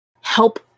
help